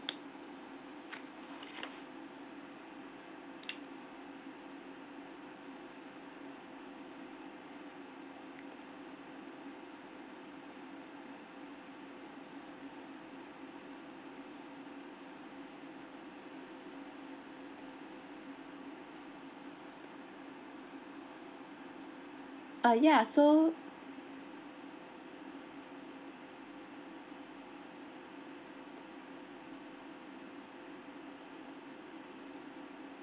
ah ya so